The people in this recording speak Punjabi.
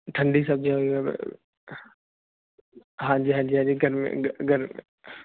ਠੰਡੀ ਸ ਹਾਂਜੀ ਹਾਂਜੀ